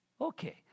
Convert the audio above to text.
Okay